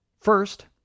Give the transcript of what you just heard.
First